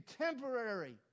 temporary